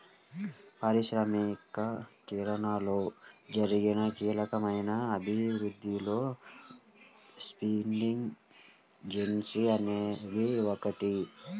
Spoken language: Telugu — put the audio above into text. పారిశ్రామికీకరణలో జరిగిన కీలకమైన అభివృద్ధిలో స్పిన్నింగ్ జెన్నీ అనేది ఒకటి